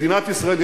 מדינת ישראל,